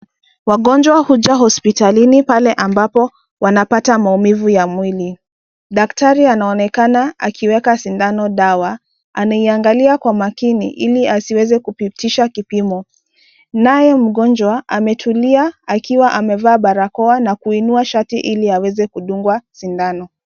Wagonjwa huja hospitalini pale ambapo wanapata maumivu ya mwili. Daktari anaonekana akiweka sindano dawa, anaiangalia kwa makini ili asiwezi kupitisha kipimo. Naye mgonjwa ametulia akiwa amevaa barakoa na kuinua shati ili aweze kudungwa sindano.